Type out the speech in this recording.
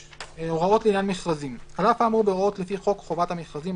הוראות לעניין מכרזים 7. על אף האמור בהוראות לפי חוק חובת המכרזים,